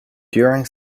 during